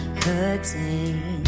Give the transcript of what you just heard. hurting